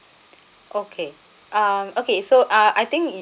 okay um okay so uh I think it